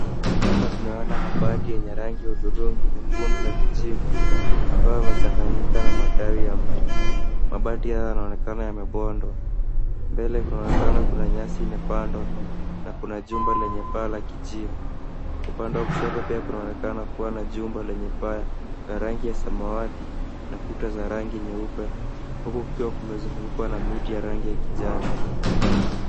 Hapa tunaona mabati yenye rangi ya udhurungi, nyekundu na kijivu. Ambayo yamechanganyika na matawi ya mti. Mabati haya kwa yanaonekana yamebondwa. Mbele kunaonekana kuna nyasi imepandwa, na kuna jumba lenye paa la kijivu. Upande wa kushoto pia kunaonekana kuwa na jumba lenye paa ya rangi ya samawati nakuta za rangi nyeupe, huku kukiwa kumezungukwa na miti ya rangi ya kijani.